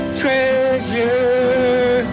treasure